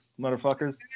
motherfuckers